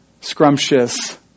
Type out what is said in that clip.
scrumptious